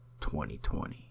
2020